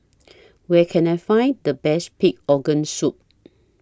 Where Can I Find The Best Pig Organ Soup